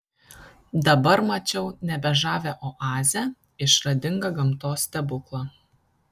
dabar mačiau nebe žavią oazę išradingą gamtos stebuklą